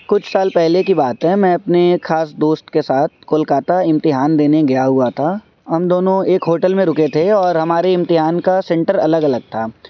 کچھ سال پہلے کی بات ہے میں اپنے خاص دوست کے ساتھ کولکاتہ امتحان دینے گیا ہوا تھا ہم دونوں ایک ہوٹل میں رکے تھے اور ہمارے امتحان کا سینٹر الگ الگ تھا